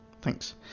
Thanks